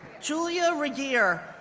julia regier,